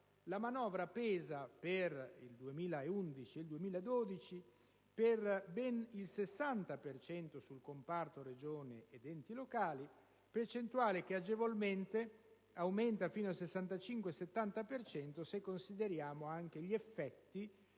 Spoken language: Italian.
la manovra pesa per il 2011-2012 per ben il 60 per cento sul comparto Regioni ed enti locali, percentuale che agevolmente aumenta fino al 65-70 per cento se consideriamo anche gli effetti